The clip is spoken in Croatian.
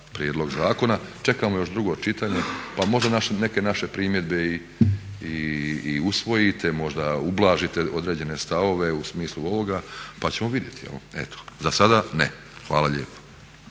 prijedlog zakona, čekamo još drugo čitanje pa možda neke naše primjedbe i usvojite, možda ublažite određene stavove u smislu ovoga pa ćemo vidjeti. Eto, za sada ne. Hvala lijepo.